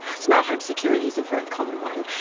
ah smart home security is a very common one.